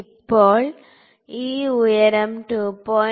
ഇപ്പോൾ ഈ ഉയരം 2